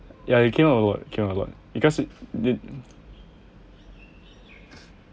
ya you cannot avoid you cannot avoid because it